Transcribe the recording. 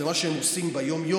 זה מה שהם עושים ביומיום,